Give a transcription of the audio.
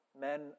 men